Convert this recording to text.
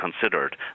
considered